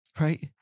right